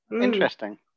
interesting